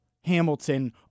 Hamilton